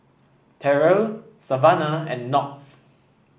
Terrell Savanah and Knox